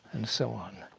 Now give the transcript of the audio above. and so on.